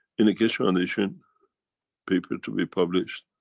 in keshe foundation paper, to be published,